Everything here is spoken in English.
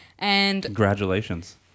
congratulations